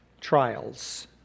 trials